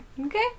Okay